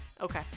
Okay